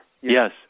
Yes